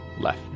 left